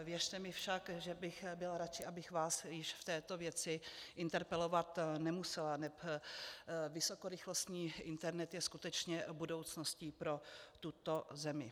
Věřte mi však, že bych byla radši, abych vás již v této věci interpelovat nemusela, neb vysokorychlostní internet je skutečně budoucností pro tuto zemi.